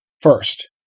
First